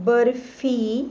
barfi